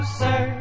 sir